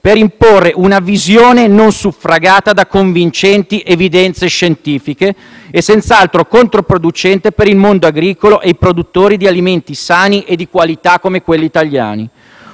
per imporre una visione non suffragata da convincenti evidenze scientifiche e senz'altro controproducente per il mondo agricolo e i produttori di alimenti sani e di qualità come quelli italiani.